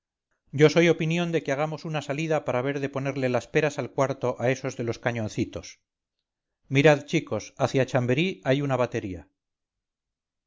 yo soy opinión de que hagamos una salida para ver de ponerle las peras a cuarto a esos de los cañoncitos mirad chicos hacia chamberí hay una batería